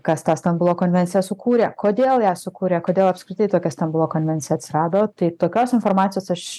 kas tą stambulo konvenciją sukūrė kodėl ją sukūrė kodėl apskritai tokia stambulo konvencija atsirado tai tokios informacijos aš